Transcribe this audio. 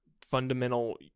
fundamental